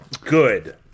Good